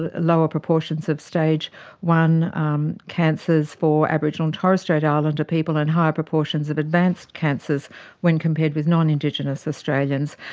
ah lower proportions of stage i um cancers for aboriginal and torres strait islander people and higher proportions of advanced cancers when compared with non-indigenous australians.